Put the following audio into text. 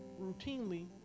routinely